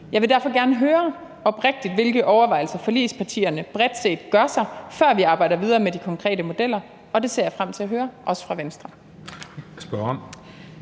Jeg vil derfor gerne høre, oprigtigt, hvilke overvejelser forligspartierne bredt set gør sig, før vi arbejder videre med de konkrete modeller, og det ser jeg frem til at høre – også fra Venstre.